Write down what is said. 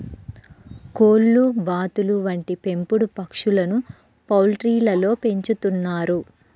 కోళ్లు, బాతులు వంటి పెంపుడు పక్షులను పౌల్ట్రీలలో పెంచుతున్నారు